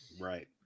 right